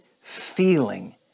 feeling